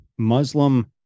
Muslim